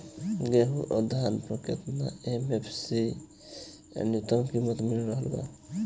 गेहूं अउर धान पर केतना एम.एफ.सी या न्यूनतम कीमत मिल रहल बा?